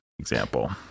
example